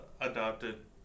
adopted